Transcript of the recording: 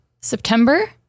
September